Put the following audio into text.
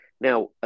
now